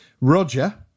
roger